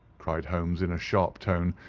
cried holmes, in a sharp tone,